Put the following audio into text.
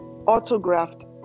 autographed